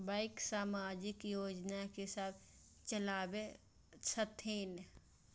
Bank समाजिक योजना की सब चलावै छथिन?